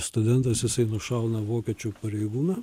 studentas jisai nušauna vokiečių pareigūną